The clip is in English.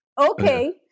Okay